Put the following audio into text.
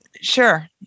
sure